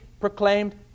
proclaimed